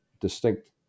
distinct